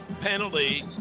penalty